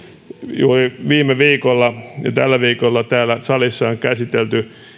juuri viime viikolla ja tällä viikolla täällä salissa on käsitelty